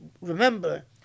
remember